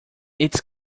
its